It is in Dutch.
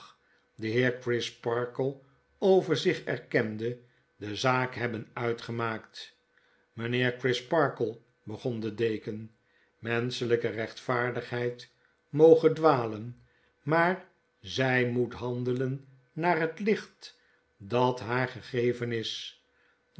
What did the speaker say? crisparkle over zich erkende de zaak hebben uitgemaakt mjjnheer crisparkle begon de deken menschelgke rechtvaardigheid moge dwalen maar zij moet handelen naar het licht dat haar gegeven is